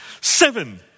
seven